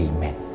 Amen